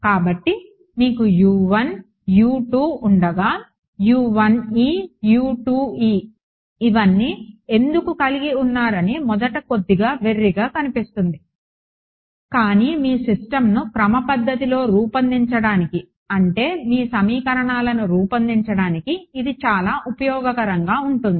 కాబట్టి మీకు ఉండగా ఇవన్నీ ఎందుకు కలిగి ఉన్నారని మొదట కొద్దిగా వెర్రిగా కనిపిస్తుంది కానీ మీ సిస్టమ్ను క్రమపద్ధతిలో రూపొందించడానికి అంటే మీ సమీకరణాలను రూపొందించడానికి ఇది చాలా ఉపయోగకరంగా ఉంటుంది